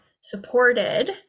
supported